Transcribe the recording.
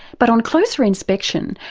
but on closer inspection,